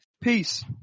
Peace